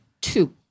two